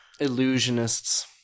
Illusionists